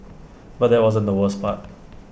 but that wasn't the worst part